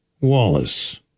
Wallace